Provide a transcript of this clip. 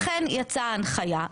לכן יצאה ההנחיה.